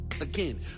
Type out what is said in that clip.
Again